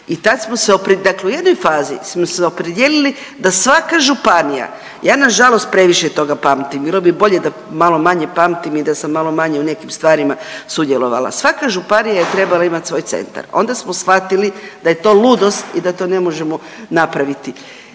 i tad smo se, dakle u jednoj fazi smo se opredijelili da svaka županija, ja nažalost previše toga pamtim, bilo bi bolje da malo manje pamtim i da sam malo manje u nekim stvarima sudjelovala. Svaka županija je trebala imati svoj centar. Onda smo shvatili da je to ludost i da to ne možemo napraviti.